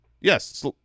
yes